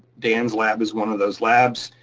dan's lab is one of those labs.